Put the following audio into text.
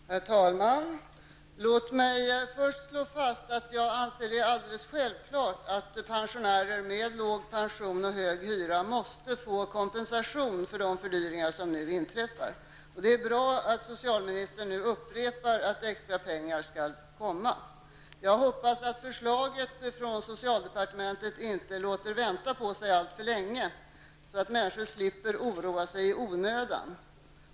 Herr talman! Låt mig först slå fast att jag anser det självklart att pensionärer med låg pension och hög hyra måste få kompensation för de fördyringar som nu inträffar. Det är bra att socialministern nu upprepar att extrapengar skall komma. Jag hoppas att förslaget från socialdepartementet inte låter vänta på sig alltför länge, så att människor slipper oroa sig i onödan.